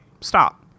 stop